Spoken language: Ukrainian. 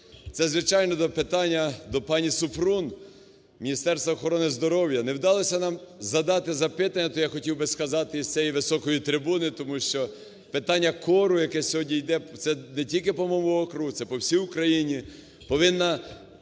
це звичайно до питання до пані Супрун, Міністерства охорони здоров'я. Не вдалося нам задати запитання, то я хотів би сказати із цієї високої трибуни, тому що питання кору, яке сьогодні іде, це не тільки по моєму округу, це по всій Україні, повинно